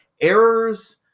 errors